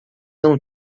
não